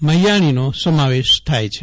મૈયાણીનો સમાવેશ થાય છે